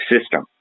system